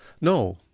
No